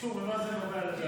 מנסור, ממה זה נובע לדעתך?